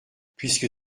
puisque